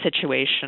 situation